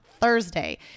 Thursday